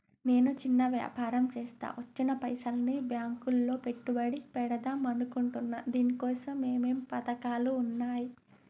నేను చిన్న వ్యాపారం చేస్తా వచ్చిన పైసల్ని బ్యాంకులో పెట్టుబడి పెడదాం అనుకుంటున్నా దీనికోసం ఏమేం పథకాలు ఉన్నాయ్?